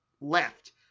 left